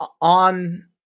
on